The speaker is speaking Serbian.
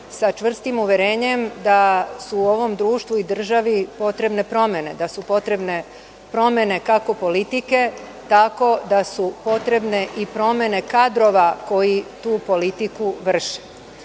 sa čvrstim uverenjem da su ovom društvu i državi potrebne promene kako politike, tako da su potrebne i promene kadrova koji tu politiku vrše.